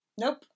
Nope